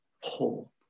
hope